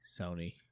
Sony